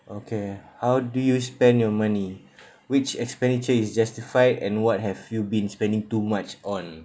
okay how do you spend your money which expenditure is justified and what have you been spending too much on